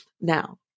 Now